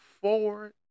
forward